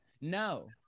No